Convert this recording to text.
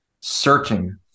searching